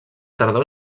tardor